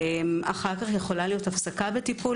אחר כך יכולה להיות הפסקה בטיפול.